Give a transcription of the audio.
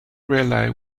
raleigh